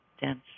dense